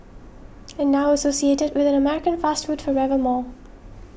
and now associated with an American fast food forever more